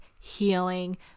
healing